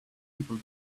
people